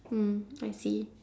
mm I see